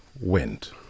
went